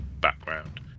background